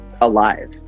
alive